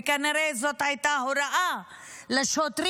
וכנראה זו הייתה ההוראה לשוטרים,